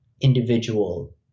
individual